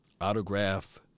autograph